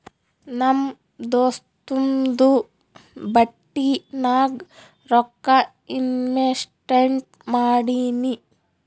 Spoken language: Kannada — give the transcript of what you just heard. ನಮ್ ದೋಸ್ತುಂದು ಬಟ್ಟಿ ನಾಗ್ ರೊಕ್ಕಾ ಇನ್ವೆಸ್ಟ್ಮೆಂಟ್ ಮಾಡಿನಿ